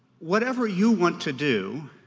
whatever you want to do